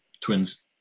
Twins